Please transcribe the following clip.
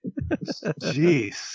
Jeez